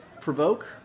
provoke